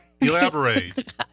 Elaborate